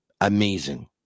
Amazing